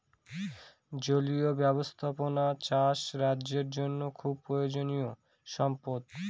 জলীয় ব্যাবস্থাপনা চাষ রাজ্যের জন্য খুব প্রয়োজনীয়ো সম্পদ